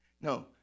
No